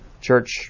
church